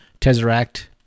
Tesseract